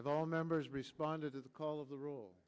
rush have all members responded to the call of the rule